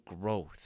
growth